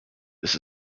this